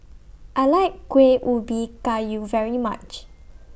I like Kuih Ubi Kayu very much